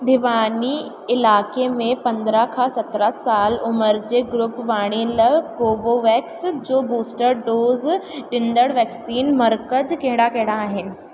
भिवानी इलाइके़ में पंद्रहं खां सत्रहं साल उमिरि जे ग्रूप वारनि लाइ कोवोवेक्स जो बूस्टर डोज़ ॾींदड़ वैक्सनेशन मर्कज़ कहिड़ा कहिड़ा आहिनि